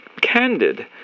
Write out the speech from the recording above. candid